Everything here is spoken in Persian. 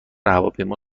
هواپیما